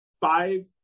five